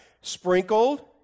Sprinkled